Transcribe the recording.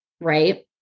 right